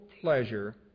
pleasure